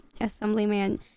Assemblyman